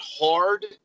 hard